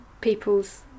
people's